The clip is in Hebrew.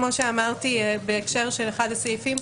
כמו שאמרתי בהקשר של אחד הסעיפים,